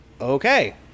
okay